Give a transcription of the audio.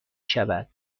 شود